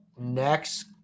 Next